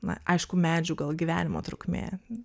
na aišku medžių gal gyvenimo trukmė